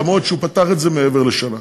אף שהוא פתח את זה מעבר לשנה.